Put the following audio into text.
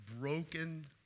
broken